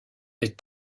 est